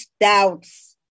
doubts